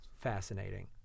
fascinating